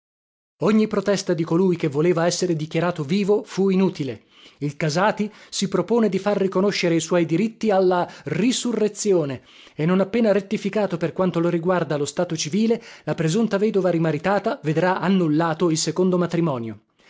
ogni protesta di colui che voleva essere dichiarato vivo fu inutile il casati si propone di far riconoscere i suoi diritti alla resurrezione e non appena rettificato per quanto lo riguarda lo stato civile la presunta vedova rimaritata vedrà annullato il secondo